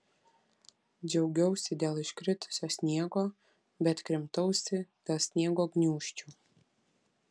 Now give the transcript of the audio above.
džiaugiausi dėl iškritusio sniego bet krimtausi dėl sniego gniūžčių